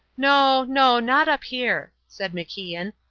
no, no not up here, said macian,